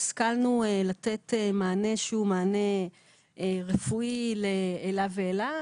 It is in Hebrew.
השכלנו לתת מענה שהוא מענה רפואי לעילא ולעילא.